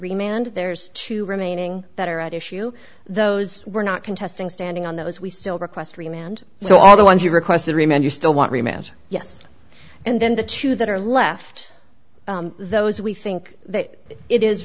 and there's two remaining that are at issue those were not contesting standing on those we still request remain and so are the ones you requested remain you still want remit yes and then the two that are left those we think that it is